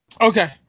okay